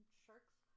sharks